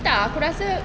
tak aku rasa